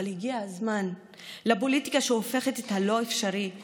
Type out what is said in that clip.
אבל הגיע הזמן לפוליטיקה שהופכת את הלא-אפשרי לאפשרי.